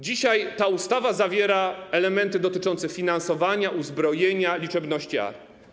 Dzisiaj ta ustawa zawiera elementy dotyczące finansowania, uzbrojenia, liczebności armii.